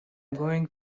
going